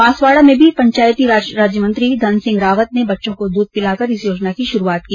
बांसवाडा में भी पंचायती राज राज्य मंत्री धन सिंह रावत ने बच्चों को दूध पिलाकर इस योजना की शुरूआत की